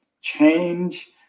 change